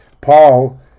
Paul